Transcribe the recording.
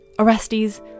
Orestes